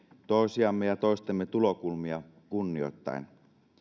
toisiamme ja toistemme tulokulmia kunnioittaen